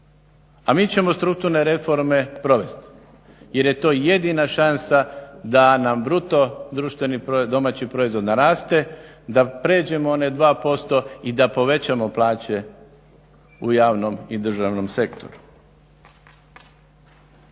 A mi ćemo strukturne reforme provesti jer je to jedina šansa da nam BDP naraste, da pređemo onaj 2% i da povećamo plaće u javnom i državnom sektoru.